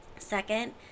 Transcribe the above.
Second